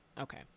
okay